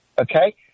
okay